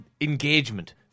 engagement